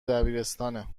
دبیرستانه